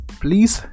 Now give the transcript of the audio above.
please